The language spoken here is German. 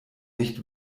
nicht